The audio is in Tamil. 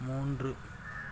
மூன்று